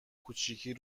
کوچیکی